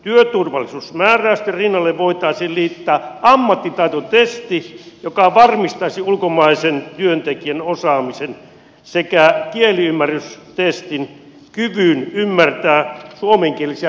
työturvallisuusmääräysten rinnalle voitaisiin liittää ammattitaitotesti joka varmistaisi ulkomaisen työntekijän osaamisen sekä kieliymmärrystesti joka varmistaisi kyvyn ymmärtää suomenkielisiä työohjeita